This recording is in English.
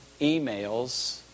emails